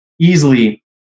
Easily